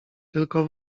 tylko